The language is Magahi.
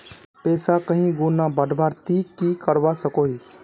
पैसा कहीं गुणा बढ़वार ती की करवा सकोहिस?